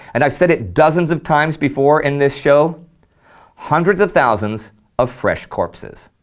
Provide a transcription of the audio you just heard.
and i've said it dozens of times before in this show hundreds of thousands of fresh corpses.